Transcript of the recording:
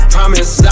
Promise